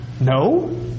No